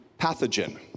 pathogen